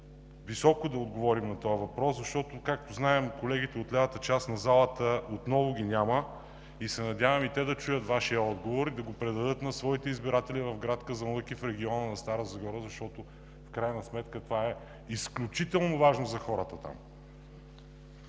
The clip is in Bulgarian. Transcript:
високо да отговорим на този въпрос, защото, както знаем, колегите от лявата част на залата отново ги няма – надявам се и те да чуят Вашия отговор, и да го предадат на своите избиратели в град Казанлък и в региона на Стара Загора, защото в крайна сметка това е изключително важно за хората там.